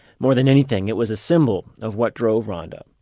more than anything, it was a symbol of what drove ronda.